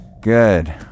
Good